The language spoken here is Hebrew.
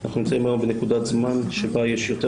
אנחנו נמצאים היום בנקודת זמן שבה יש יותר